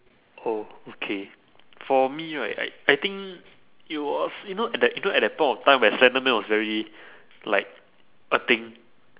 oh okay for me right I I think it was you know at that you know at that point of time when slender man was very like a thing